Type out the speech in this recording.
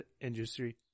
industry